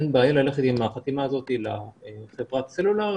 אין בעיה ללכת עם החתימה הזאת לחברת סלולר,